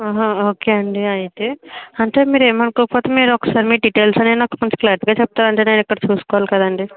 అహ ఓకే అండి అయితే అంటే మీరు ఏం అనుకోకపోతే మీరు ఒకసారి మీ డిటైల్స్ అన్ని నాకు కొంచెం క్లారిటీ గా చెప్తారా అండి నేను ఇక్కడ చూసుకోవాలి కదండి